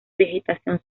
vegetación